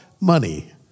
money